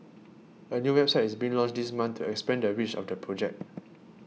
a new website is being launched this month to expand the reach of the project